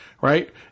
right